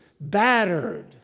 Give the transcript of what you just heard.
battered